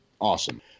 awesome